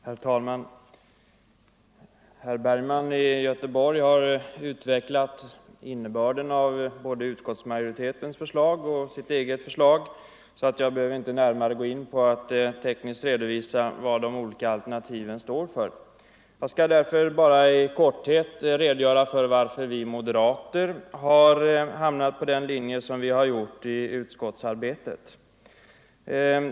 Herr talman! Herr Bergman i Göteborg har utvecklat innebörden av både utskottsmajoritetens och sitt eget förslag, varför jag inte närmare behöver gå in på vad de olika alternativen tekniskt innebär. Jag skall därför bara i korthet redovisa varför vi moderater har hamnat på den linje vi gjort i utskottsarbetet.